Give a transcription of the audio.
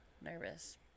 nervous